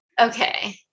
Okay